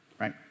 right